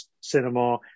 cinema